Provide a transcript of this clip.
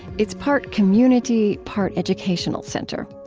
it's part community, part educational center.